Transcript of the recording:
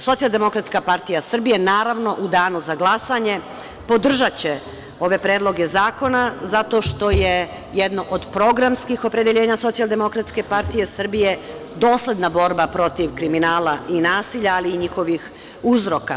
Socijaldemokratska partija Srbije, naravno, u danu za glasanje će podržati ove predloge zakona, zato što je jedno od programskih opredeljenja Socijaldemokratske partije Srbije dosledna borba protiv kriminala i nasilja, ali i njihovih uzroka.